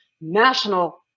national